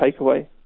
takeaway